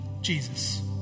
Jesus